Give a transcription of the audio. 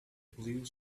blue